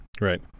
Right